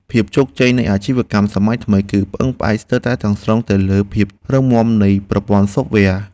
ភាពជោគជ័យនៃអាជីវកម្មសម័យថ្មី គឺពឹងផ្អែកស្ទើរតែទាំងស្រុងទៅលើភាពរឹងមាំនៃប្រព័ន្ធសូហ្វវែរ។